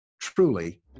Truly